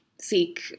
seek